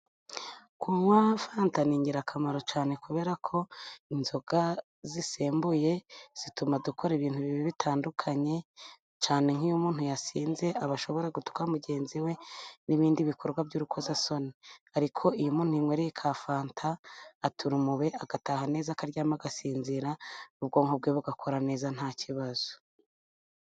Kunywa fanta ni ingirakamaro cyane, kubera ko inzoga zisembuye zituma dukora ibintu bibi bitandukanye. Cyane nk'iyo umuntu yasinze aba ashobora gutuka mugenzi we, n'ibindi bikorwa by'urukozasoni. Ariko iyo umuntu yinywereye ka fanta atura umubi, agataha ameze neza, akaryama agasinzira, ubwonko bwe bugakora neza nta kibazo.